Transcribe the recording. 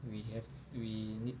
we have we need